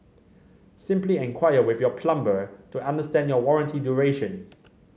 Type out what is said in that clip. simply enquire with your plumber to understand your warranty duration